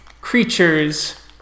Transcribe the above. creatures